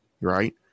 right